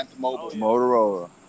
Motorola